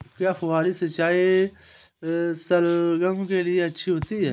क्या फुहारी सिंचाई शलगम के लिए अच्छी होती है?